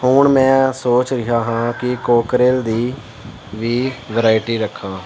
ਹੁਣ ਮੈਂ ਸੋਚ ਰਿਹਾ ਹਾਂ ਕਿ ਕੋਕਰਿਲ ਦੀ ਵੀ ਵਰਾਇਟੀ ਰੱਖਾ